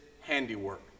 handiwork